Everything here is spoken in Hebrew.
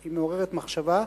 היא מעוררת מחשבה: